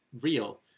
real